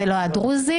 ולא את הדרוזי,